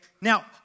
Now